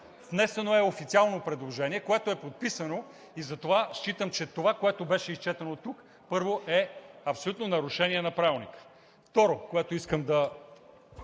Внесено е официално предложение, което е подписано. Затова считам, че това, което беше изчетено тук, първо, е абсолютно нарушение на Правилника. Второ, което искам да